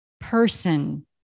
person